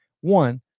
one